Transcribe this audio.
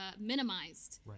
minimized